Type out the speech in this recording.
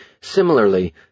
Similarly